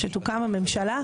שתוקם הממשלה,